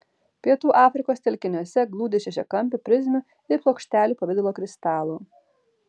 pietų afrikos telkiniuose glūdi šešiakampių prizmių ir plokštelių pavidalo kristalų